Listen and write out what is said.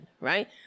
right